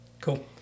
cool